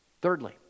Thirdly